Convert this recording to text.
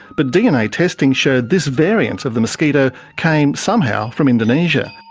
but dna testing showed this variant of the mosquito came somehow from indonesia.